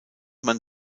man